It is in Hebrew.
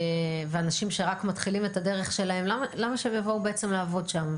ואנשים שרק מתחילים את הדרך שלהם למה שהם יבואו בעצם לעבוד שם?